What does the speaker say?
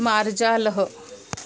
मार्जालः